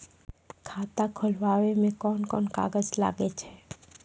खाता खोलावै मे कोन कोन कागज लागै छै?